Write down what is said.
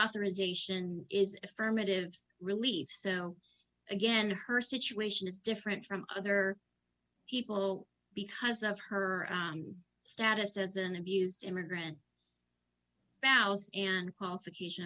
authorization is affirmative relief so again her situation is different from other people because of her status as an abused immigrant vows and qualification